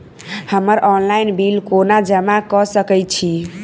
हम्मर online bill कोना जमा कऽ सकय छी?